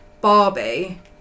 Barbie